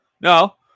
No